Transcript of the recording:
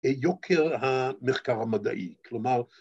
‫יוקר המחקר המדעי, כלומר...